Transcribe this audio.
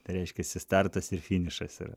tai reiškiasi startas ir finišas yra